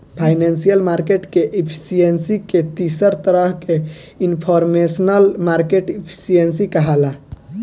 financial market के efficiency के तीसर तरह के इनफॉरमेशनल मार्केट एफिशिएंसी कहाला